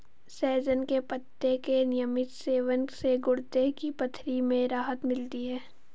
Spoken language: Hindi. सहजन के पत्ते के नियमित सेवन से गुर्दे की पथरी में राहत मिलती है